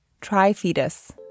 tri-fetus